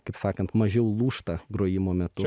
kaip sakant mažiau lūžta grojimo metu